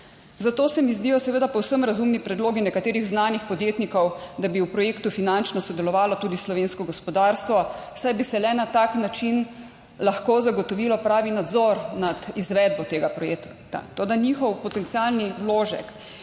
Zato se mi zdijo seveda povsem razumni predlogi nekaterih znanih podjetnikov, da bi v projektu finančno sodelovalo tudi slovensko gospodarstvo, saj bi se le na tak način lahko zagotovilo pravi nadzor nad izvedbo tega projekta. Toda njihov potencialni vložek